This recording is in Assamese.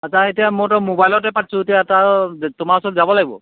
এতিয়া মইতো মোবাইলতে পাতিছোঁ এতিয়া এটা তোমাৰ ওচৰলৈ যাব লাগিব